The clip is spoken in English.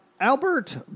Albert